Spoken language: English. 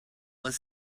was